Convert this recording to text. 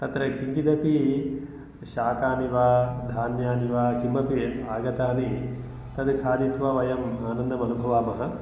तत्र किञ्चिदपि शाकानि वा धान्यानि वा किमपि आगतानि तत् खादित्वा वयं आनन्दमनुभवामः